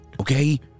Okay